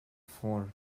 four